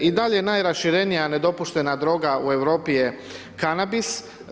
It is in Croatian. I dalje je najraširenija nedopuštena droga u Europi je kanabis.